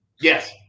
yes